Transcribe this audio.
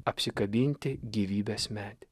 apsikabinti gyvybės medį